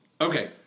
Okay